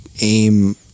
aim